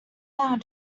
down